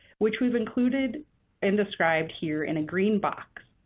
which we've included and described here in a green box.